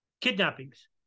kidnappings